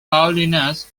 paulinus